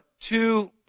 two